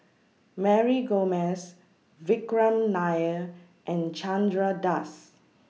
Mary Gomes Vikram Nair and Chandra Das